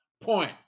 point